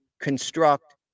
construct